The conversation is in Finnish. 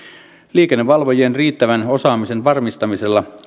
liikennevalvojien riittävän osaamisen varmistamisella